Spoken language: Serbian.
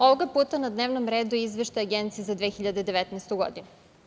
Ovoga puta na dnevnom redu je izveštaj Agencije za 2019. godinu.